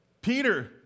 Peter